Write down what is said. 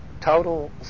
total